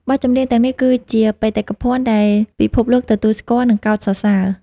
បទចម្រៀងទាំងនេះគឺជាបេតិកភណ្ឌដែលពិភពលោកទទួលស្គាល់ និងកោតសរសើរ។